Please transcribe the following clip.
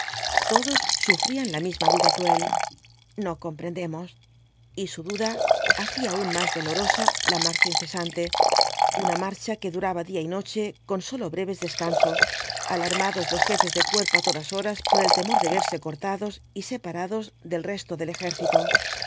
todos sufrían la misma duda cruel no comprendemos y su duda hacía aún más dolorosa la marcha incesante una marcha que duraba día y noche con sólo breves descansos alarmados los jefes de cuerpo á todas horas por el temor de verse cortados y separados del resto del ejército